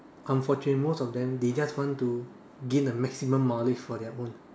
unfortunate most of them they just want to gain the maximum knowledge for their own